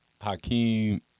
Hakeem